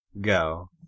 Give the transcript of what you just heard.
Go